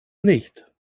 nicht